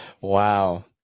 Wow